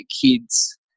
kids